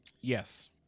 Yes